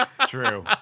True